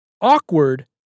Awkward